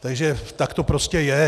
Takže tak to prostě je.